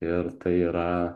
ir tai yra